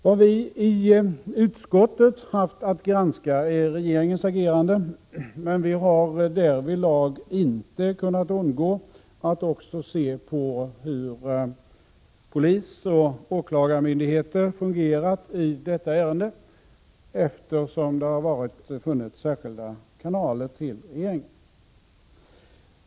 Vad vi i utskottet haft att granska är regeringens agerande, men vi har därvidlag inte kunnat underlåta att också se på hur polisoch åklagarmyndigheter fungerat i detta ärende, eftersom det har funnits särskilda kanaler till regeringen.